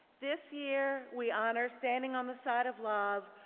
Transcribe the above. this year we honor standing on the side of love.